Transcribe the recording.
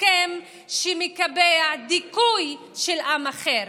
הסכם שמקבע דיכוי של עם אחר,